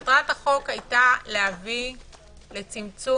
מטרת החוק הייתה להביא לצמצום